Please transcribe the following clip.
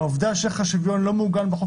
העובדה שערך השוויון לא מעוגן בחוק